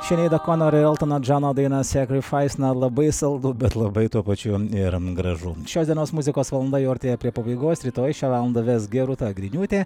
šineido konor ir eltono džono daina sekrifais na labai saldu bet labai tuo pačiu ir gražu šios dienos muzikos valanda jau artėja prie pabaigos rytoj šią valandą ves gerūta griniūtė